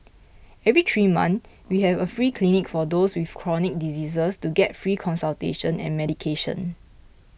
every three months we have a free clinic for those with chronic diseases to get free consultation and medication